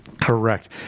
Correct